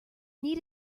need